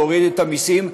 להוריד את המיסים,